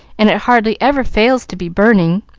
and it hardly ever fails to be burning.